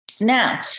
now